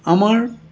আমাৰ